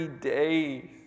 days